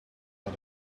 out